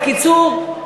בקיצור,